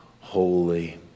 holy